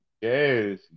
Yes